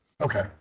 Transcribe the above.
okay